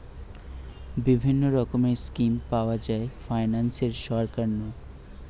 বিভিন্ন রকমের স্কিম পাওয়া যায় ফাইনান্সে সরকার নু